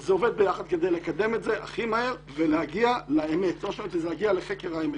זה עובד ביחד כדי לקדם את זה הכי מהר ולהגיע לחקר האמת.